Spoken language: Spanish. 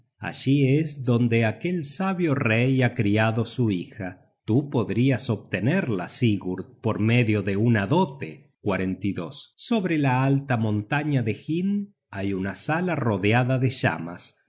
allí es donde aquel sabio rey ha criado su hija tú podrias obtenerla sigurd por medio de una dote sobre la alta montaña de hind hay una sala rodeada de llamas